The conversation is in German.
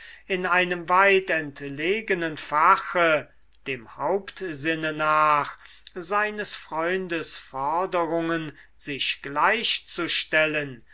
in einem weit entlegenen fache dem hauptsinne nach seines freundes forderungen sich gleichzustellen